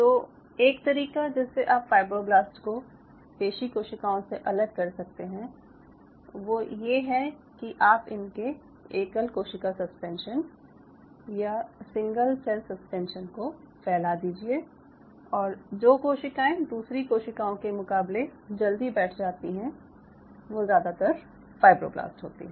तो एक तरीका जिससे आप फायब्रोब्लास्ट को पेशी कोशिकाओं से अलग कर सकते हैं वो ये है कि आप इनके एकल कोशिका सस्पेंशन या सिंगल सेल सस्पेंशन को फैला दीजिये और जो कोशिकाएं दूसरी कोशिकाओं के मुकाबले जल्दी बैठ जाती हैं वो ज़्यादातर फायब्रोब्लास्ट होती हैं